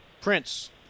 Prince